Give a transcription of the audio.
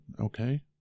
okay